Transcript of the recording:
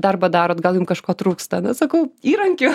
darbą darot gal jums kažko trūksta sakau įrankių